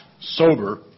sober